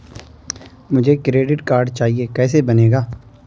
मुझे credit card चाहिए कैसे बनेगा?